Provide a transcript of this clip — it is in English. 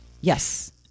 Yes